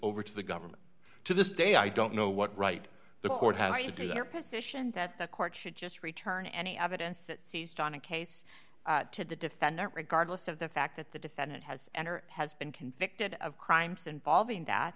over to the government to this day i don't know what right the court how is their position that the court should just return any evidence that seized on a case to the defendant regardless of the fact that the defendant has and or has been convicted of crimes involving